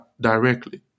directly